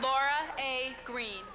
laura a green